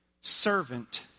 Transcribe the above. servant